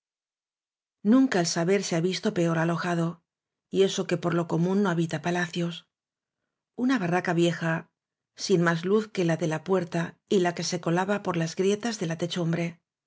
nunca el saber se ha visto peor alojado eso y que por lo común no habita palacios una barraca vieja sin más luz que la de la puerta y la que se colaba por las grietas de la techumbre